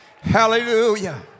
hallelujah